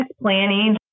planning